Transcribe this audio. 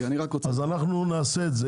אנחנו נעשה את זה.